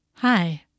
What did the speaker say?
Hi